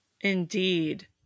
Indeed